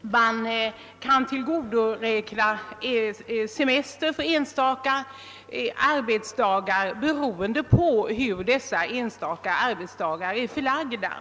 möjligheten att tillgodoräkna semester för enstaka arbetsdagar skall vara beroende av hur dessa enstaka arbetsdagar är förlagda.